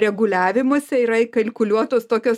reguliavimuose yra įkalkuliuotos tokios